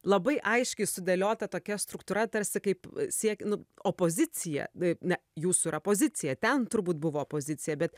labai aiškiai sudėliota tokia struktūra tarsi kaip siek nu opozicija i ne jūsų yra pozicija ten turbūt buvo opozicija bet